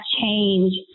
change